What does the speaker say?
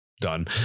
done